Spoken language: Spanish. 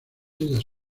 ellas